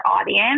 audience